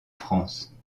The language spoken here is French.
france